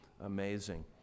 amazing